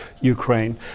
Ukraine